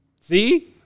see